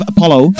Apollo